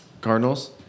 Cardinals